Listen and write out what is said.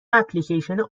اپلیکیشن